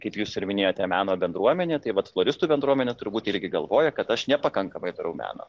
kaip jūs ir minėjote meno bendruomenė tai vat floristų bendruomenė turbūt irgi galvoja kad aš nepakankamai darau meno